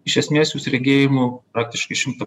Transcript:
iš esmės jūs regėjimu praktiškai šimtą